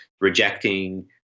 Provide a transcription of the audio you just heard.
rejecting